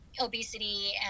obesity